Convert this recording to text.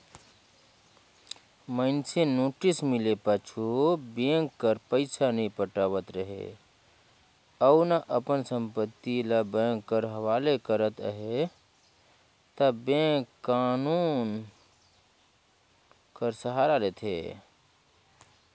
मइनसे नोटिस मिले पाछू बेंक कर पइसा नी पटावत रहें अउ ना अपन संपत्ति ल बेंक कर हवाले करत अहे ता बेंक कान्हून कर सहारा लेथे